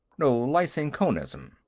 no, lysenkoism.